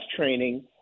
training